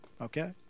Okay